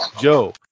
Joe